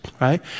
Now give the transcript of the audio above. right